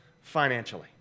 financially